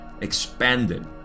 expanded